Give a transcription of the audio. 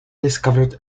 discovered